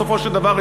בסופו של דבר,